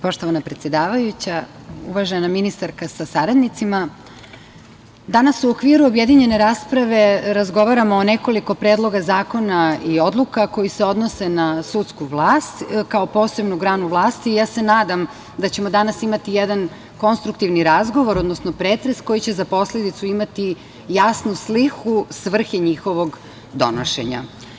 Poštovana predsedavajuća, uvažena ministarka sa saradnicima, danas u okviru objedinjene rasprave razgovaramo o nekoliko predloga zakona i odluka koje se odnose na sudsku vlast kao posebnu granu vlasti i ja se nadam da ćemo danas imati jedan konstruktivni razgovor, odnosno pretres koji će za posledicu imati jasnu sliku svrhe njihovog donošenja.